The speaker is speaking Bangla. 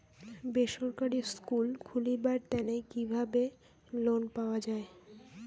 বেসরকারি স্কুল খুলিবার তানে কিভাবে লোন পাওয়া যায়?